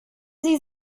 sie